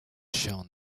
shown